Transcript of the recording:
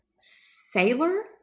Sailor